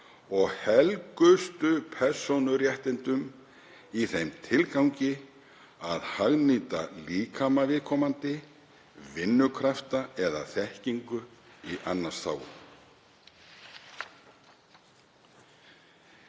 og helgustu persónuréttindum í þeim tilgangi að hagnýta líkama viðkomandi, vinnukrafta eða þekkingu í annars